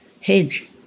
hedge